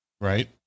Right